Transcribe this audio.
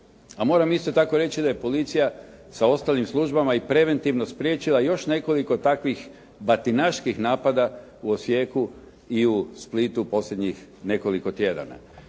a moram isto tako reći da je policija sa ostalim službama i preventivno spriječila još nekoliko takvih batinaških napada u Osijeku i u Splitu u posljednjih nekoliko tjedana.